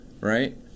Right